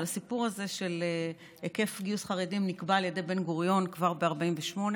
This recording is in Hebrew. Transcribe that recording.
אבל הסיפור הזה של היקף גיוס חרדים נקבע על ידי בן-גוריון כבר ב-48'.